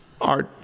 art